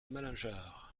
malingear